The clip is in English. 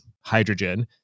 hydrogen